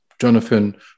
Jonathan